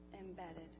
embedded